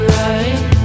right